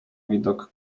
widok